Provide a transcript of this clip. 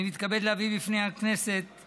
אני מתכבד להביא לפני הכנסת את